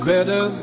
Better